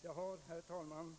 Jag har, herr talman,